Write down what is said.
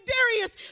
Darius